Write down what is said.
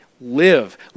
live